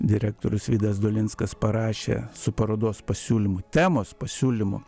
direktorius vydas dolinskas parašė su parodos pasiūlymu temos pasiūlymo